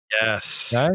Yes